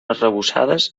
arrebossades